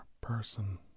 person